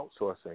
outsourcing